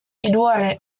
hirugarren